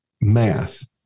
math